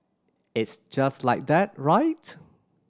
it's just like that right